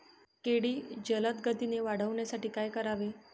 केळी जलदगतीने वाढण्यासाठी काय करावे?